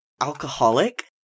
alcoholic